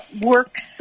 works